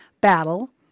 battle